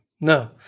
No